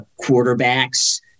quarterbacks